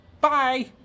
Bye